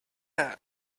that